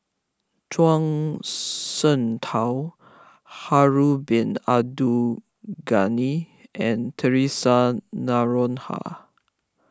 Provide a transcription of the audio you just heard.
Zhuang Shengtao Harun Bin Abdul Ghani and theresa Noronha